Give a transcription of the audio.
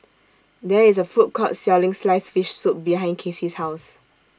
There IS A Food Court Selling Sliced Fish Soup behind Kasey's House